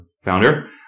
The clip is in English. founder